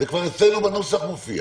אצלנו בנוסח.